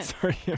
Sorry